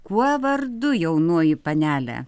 kuo vardu jaunoji panele